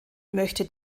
möchte